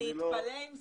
לא נתקלתי